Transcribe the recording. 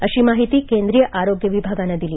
अशी माहिती केंद्रिय आरोग्य विभागानं दिली